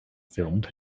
filmed